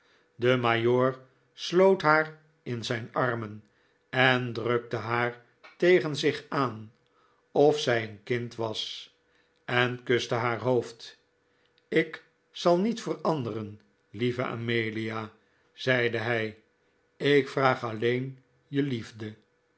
de majoor sloot haar in zijn armen en drukte haar tegen zich aan of zij een kind was en kuste haar hoofd ik zal niet veranderen lieve amelia zeide hij ik vraag alleen je liefde